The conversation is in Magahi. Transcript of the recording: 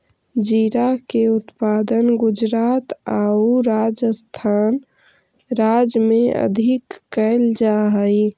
जीरा के उत्पादन गुजरात आउ राजस्थान राज्य में अधिक कैल जा हइ